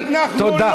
תודה.